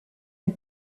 ont